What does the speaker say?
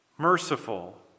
Merciful